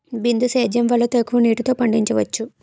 బిందు సేద్యం వల్ల తక్కువ నీటితో పండించవచ్చు